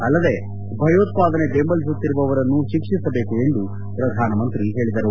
ಅಲ್ಲದೆ ಭಯೋತ್ಪಾದನೆ ಬೆಂಬಲಿಸುವವರನ್ನು ಶಿಕ್ಷಿಸಬೇಕು ಎಂದು ಪ್ರಧಾನಮಂತ್ರಿ ಹೇಳಿದರು